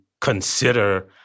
consider